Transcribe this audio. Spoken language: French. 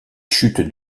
chutes